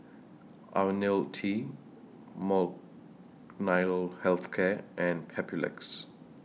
Ionil T Molnylcke Health Care and Papulex